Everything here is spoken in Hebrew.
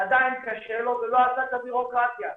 כיוון שמי שנמצאים פה לבד אין להם הכוונה וגם בתקופה הזאת,